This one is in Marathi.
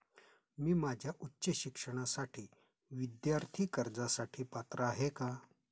मी माझ्या उच्च शिक्षणासाठी विद्यार्थी कर्जासाठी पात्र आहे का?